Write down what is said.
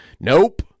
Nope